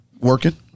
Working